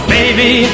baby